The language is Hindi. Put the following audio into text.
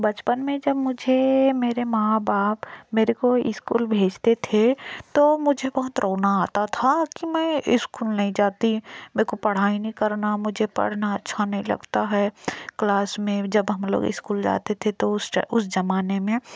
बचपन में जब मुझे मेरे माँ बाप मेरे को स्कूल भेजने थे तो मुझे बहुत रोना आता था कि मैं स्कूल नहीं जाती मेरे को पढ़ाई नहीं करना मुझे पढ़ना अच्छा नहीं लगता है क्लास में जब हम लोग स्कूल जाते थे तो उस जमाने में